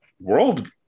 world